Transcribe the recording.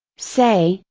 say,